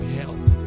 help